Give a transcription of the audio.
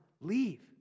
leave